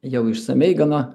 jau išsamiai gana